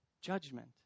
judgment